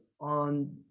on